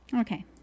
Okay